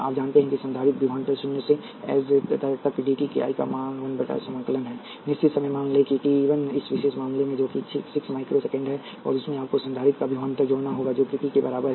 आप जानते हैं कि संधारित्र विभवांतर शून्य से as तक d t के I का 1 बटा c समाकलन है निश्चित समय मान लें कि t 1 इस विशेष मामले में जो कि 6 माइक्रोसेकंड है और उसमें आपको संधारित्र का विभवांतर जोड़ना होगा जो कि t के बराबर है